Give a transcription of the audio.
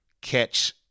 catch